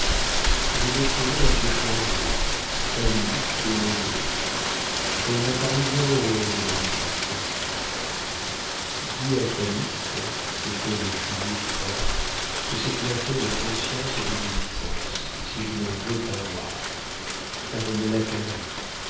je l'ai trouvée un peu changée pâlie et maigrie elle m'a paru bien heureuse de ma visite dis à calyste s'est-elle écriée tout bas que c'est une affaire de conscience et d'obéissance si je ne le veux pas voir car on me l'a permis